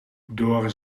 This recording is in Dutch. door